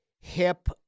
hip